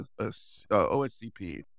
OSCP